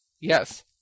Yes